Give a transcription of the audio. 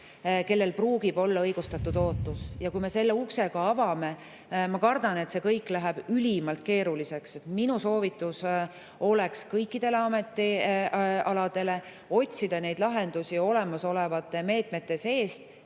kellel pruugib olla õigustatud ootus. Kui me selle ukse avame, siis, ma kardan, see kõik läheb ülimalt keeruliseks. Minu soovitus oleks kõikidele ametialadele otsida lahendusi olemasolevate meetmete ja